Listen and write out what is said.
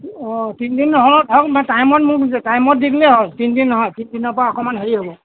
অঁ তিনিদিন নহ'লে টাইমত মোক টাইমত দি দিলেই হ'ল তিনিদিন নহয় তিনিদিনৰ পৰা অকণমান হেৰি হ'ব